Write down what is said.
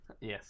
Yes